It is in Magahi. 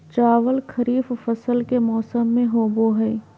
चावल खरीफ फसल के मौसम में होबो हइ